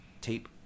tape